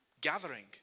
gathering